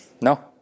No